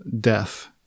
death